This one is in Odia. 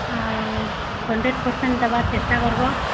ଆଉ ହଣ୍ଡ୍ରେଡ୍ ପର୍ସେଣ୍ଟ୍ ଦେବାର୍ ଚେଷ୍ଟା କର୍ବ